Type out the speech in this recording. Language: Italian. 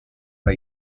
fra